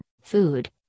food